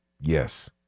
Yes